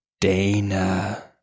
Dana